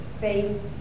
faith